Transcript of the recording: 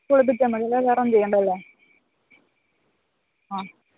കുളിപ്പിച്ചാൽ മതി അല്ലാ വേറൊന്നും ചെയ്യേണ്ടല്ലേ